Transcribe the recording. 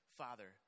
father